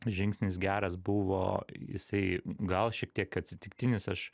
žingsnis geras buvo jisai gal šiek tiek atsitiktinis aš